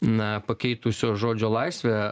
na pakeitusios žodžio laisvę